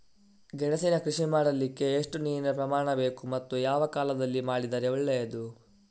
ಗೆಣಸಿನ ಕೃಷಿ ಮಾಡಲಿಕ್ಕೆ ಎಷ್ಟು ನೀರಿನ ಪ್ರಮಾಣ ಬೇಕು ಮತ್ತು ಯಾವ ಕಾಲದಲ್ಲಿ ಮಾಡಿದರೆ ಒಳ್ಳೆಯದು?